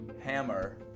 hammer